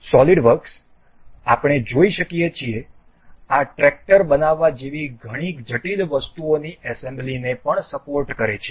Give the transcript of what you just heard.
SolidWorks આપણે જોઈ શકીએ છીએ આ ટ્રેક્ટર બનાવવા જેવી ઘણી જટિલ વસ્તુઓની એસેમ્બલીને પણ સપોર્ટ કરે છે